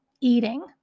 eating